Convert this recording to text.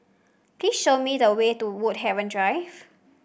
please show me the way to Woodhaven Drive